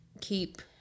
keep